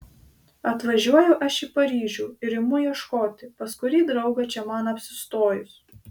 atvažiuoju aš į paryžių ir imu ieškoti pas kurį draugą čia man apsistojus